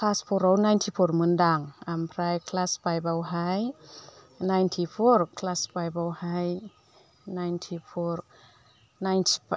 class फराव ninety four मोन्दां आमफ्राय क्लास फाइभआवहाय नाइन्टिफर क्लास फाइभआवहाय नाइन्टिफर नाइन्टि